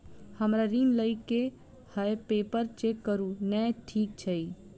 हमरा ऋण लई केँ हय पेपर चेक करू नै ठीक छई?